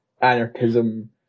anarchism